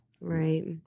Right